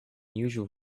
usual